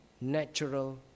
natural